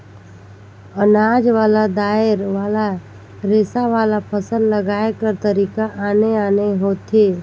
अनाज वाला, दायर वाला, रेसा वाला, फसल लगाए कर तरीका आने आने होथे